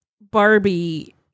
Barbie